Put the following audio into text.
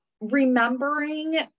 remembering